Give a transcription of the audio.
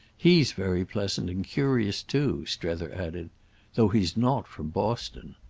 he's very pleasant and curious too, strether added though he's not from boston.